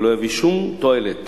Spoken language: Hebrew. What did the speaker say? לא יביא שום תועלת